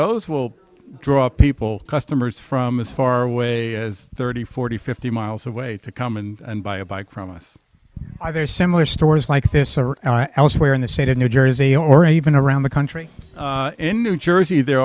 those will draw people customers from as far away as thirty forty fifty miles away to come and buy a bike from us either similar stories like this or elsewhere in the state of new jersey or even around the country in new jersey there